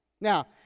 Now